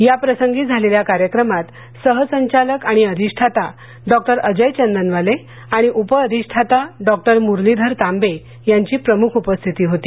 याप्रसंगी झालेल्या कार्यक्रमात सहसंचालक आणि अधिष्ठाता डॉक्टर अजय चंदनवाले आणि उप अधिष्ठाता डॉक्टर मुरलीधर तांबे यांची प्रमुख उपस्थिती होती